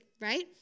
right